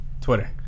Twitter